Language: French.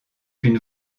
une